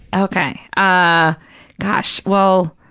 okay. ah gosh, well,